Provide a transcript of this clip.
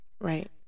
right